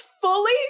fully